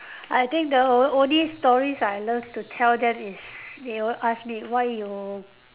I think the o~ only stories I love to tell them is they will ask me why you